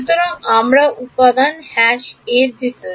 সুতরাং আমরা উপাদান a এর ভিতরে